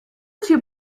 two